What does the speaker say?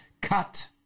cut